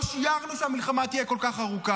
לא שיערנו שהמלחמה תהיה כל כך ארוכה.